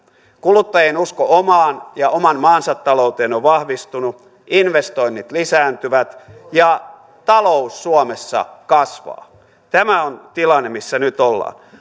kuluttajien usko omaan ja oman maansa talouteen on vahvistunut investoinnit lisääntyvät ja talous suomessa kasvaa tämä on tilanne missä nyt ollaan